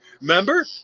Remember